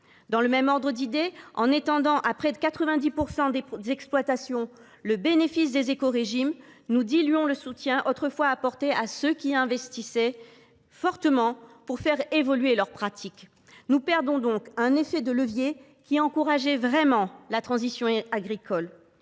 Dans le même ordre d’idées, en étendant à près de 90 % des exploitations le bénéfice des écorégimes, nous diluons le soutien autrefois apporté à ceux qui investissaient beaucoup pour faire évoluer leurs pratiques. Nous perdons donc un effet de levier qui encourageait vraiment la transition agricole.